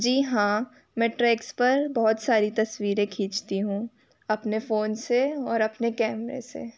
जी हाँ मैं ट्रेक्स पर बहुत सारी तस्वीरे खींचती हूँ अपने फ़ोन से और अपने कैमरे से